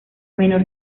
menor